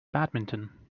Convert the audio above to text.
badminton